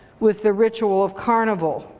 with the ritual of carnival.